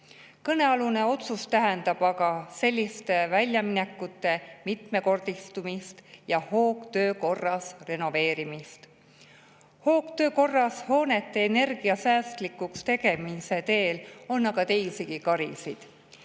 Kõnealune otsus tähendab aga selliste väljaminekute mitmekordistumist ja hoogtöö korras renoveerimist. Hoogtöö korras hoonete energiasäästlikuks tegemise teel on aga teisigi karisid.